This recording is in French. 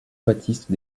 baptiste